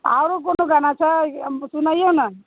आओरो कोनो गाना छै सुनैयौ ने